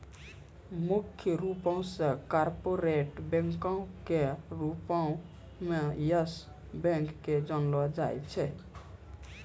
मुख्य रूपो से कार्पोरेट बैंको के रूपो मे यस बैंक के जानलो जाय छै